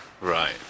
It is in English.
Right